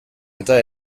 eta